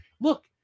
Look